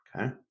okay